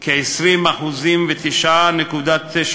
בה כ-20.99%,